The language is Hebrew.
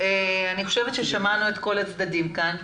אני חושבת ששמענו את כל הצדדים כאן.